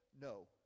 No